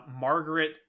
Margaret